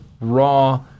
raw